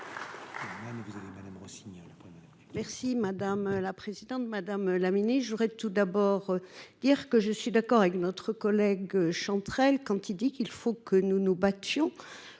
de loi. Madame la présidente, madame la ministre,